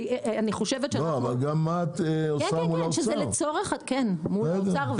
וגם מה את יכולה לעשות אל מול האוצר.